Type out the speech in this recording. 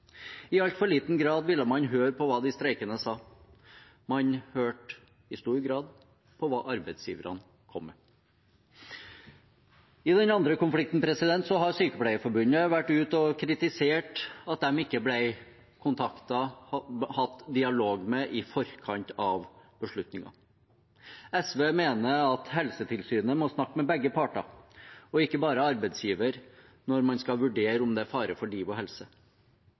I altfor liten grad ville man høre på hva de streikende sa. Man hørte i stor grad på hva arbeidsgiverne kom med. I den andre konflikten har Sykepleierforbundet vært ute og kritisert at de ikke ble kontaktet og tatt med på dialog i forkant av beslutningen. SV mener at Helsetilsynet må snakke med begge parter og ikke bare arbeidsgiver, når man skal vurdere om det er fare for liv og helse.